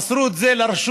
הם מסרו את זה לרשות